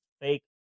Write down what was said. fake